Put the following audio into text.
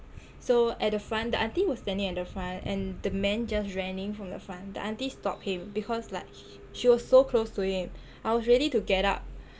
so at the front the auntie was standing at the front and the man just ran in from the front the auntie stopped him because like she was so close to him I was ready to get up